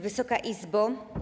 Wysoka Izbo!